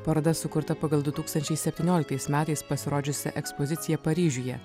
paroda sukurta pagal du tūkstančiai septynioliktais metais pasirodžiusią ekspoziciją paryžiuje